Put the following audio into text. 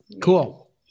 Cool